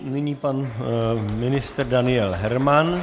Nyní pan ministr Daniel Herman.